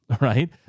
right